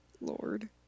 Lord